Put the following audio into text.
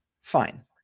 fine